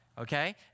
okay